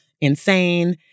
insane